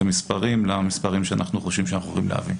המספרים למספרים שאנחנו חושבים שאנחנו יכולים להביא.